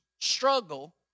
struggle